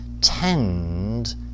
tend